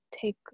take